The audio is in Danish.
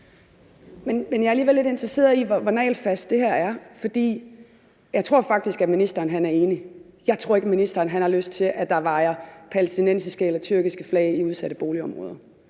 Jeg er alligevel lidt interesseret i at vide, hvor nagelfast det her er, for jeg tror faktisk, at ministeren er enig. Jeg tror ikke, at ministeren har lyst til, at der vajer palæstinensiske eller tyrkiske flag i udsatte boligområder